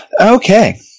Okay